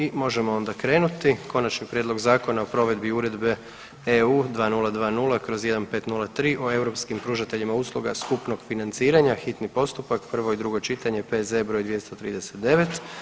I možemo onda krenuti - Konačni prijedlog zakona o provedbi Uredbe (EU) 2020/1503 o europskim pružateljima usluga skupnog financiranja, hitni postupak, prvo i drugo čitanje, P.Z.E. br. 239.